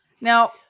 Now